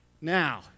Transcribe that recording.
Now